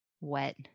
wet